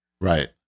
right